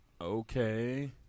okay